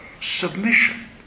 submission